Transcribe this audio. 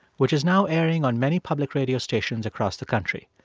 which is now airing on many public radio stations across the country.